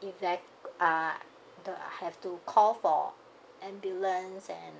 eva~ uh the have to call for ambulance and